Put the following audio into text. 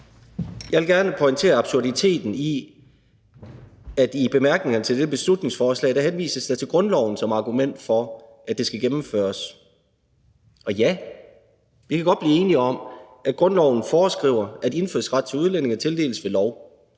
Jeg vil gerne pointere absurditeten i, at der i bemærkningerne til dette beslutningsforslag henvises til grundloven som argument for, at det skal gennemføres. Ja, vi kan godt blive enige om, at grundloven foreskriver, at indfødsret til udlændinge tildeles ved lov